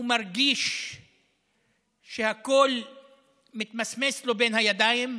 הוא מרגיש שהכול מתמסמס לו בין הידיים,